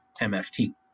MFT